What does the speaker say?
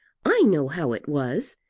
i know how it was.